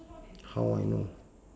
how I know